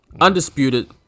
undisputed